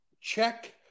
check